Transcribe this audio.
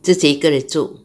自己一个人住